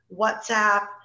WhatsApp